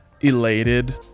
elated